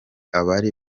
abari